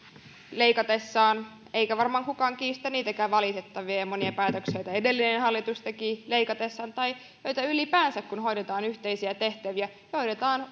leikatessaan eikä varmaan kukaan kiistä niitäkään valitettavia ja monia päätöksiä joita edellinen hallitus teki leikatessaan ylipäänsä kun hoidetaan yhteisiä tehtäviä